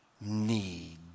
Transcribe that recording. need